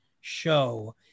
show